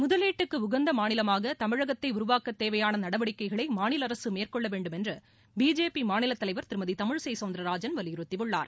முதலீட்டுக்கு உகந்த மாநிலமாக தமிழகத்தை உருவாக்க தேவையான நடவடிக்கைகளை மாநில அரசு மேற்கொள்ள வேண்டுமென்று பிஜேபி மாநில தலைவர் திருமதி தமிழிசை சௌந்தர்ராஜன் வலியுறுத்தியுள்ளார்